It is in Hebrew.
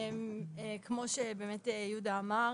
כמו שיהודה אמר,